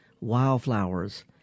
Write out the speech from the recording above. wildflowers